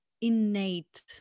innate